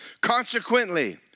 Consequently